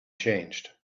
changed